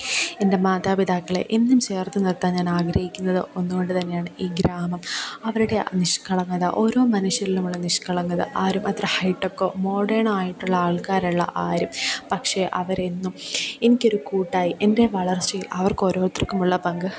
എൻ്റെ മാതാപിതാക്കളെ എന്നും ചേർത്ത് നിർത്താൻ ഞാനാഗ്രഹിക്കുന്നത് ഒന്ന്കൊണ്ട് തന്നെയാണ് ഈ ഗ്രാമം അവരുടെ ആ നിഷ്കളങ്കത ഓരോ മനുഷ്യരിലുമുള്ള നിഷ്കളങ്കത ആരുമത്ര ഹൈ ടെക്കോ മോഡേണായിട്ടുള്ള ആൾക്കാരല്ല ആരും പക്ഷെ അവരെന്നും എനിക്കൊരു കൂട്ടായി എൻ്റെ വളർച്ചയിൽ അവർക്കോരോരുത്തർക്കുമുള്ള പങ്ക്